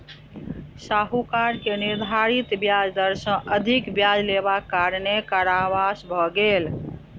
साहूकार के निर्धारित ब्याज दर सॅ अधिक ब्याज लेबाक कारणेँ कारावास भ गेल